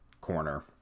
corner